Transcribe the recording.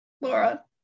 Laura